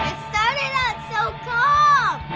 started out so ah